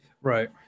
Right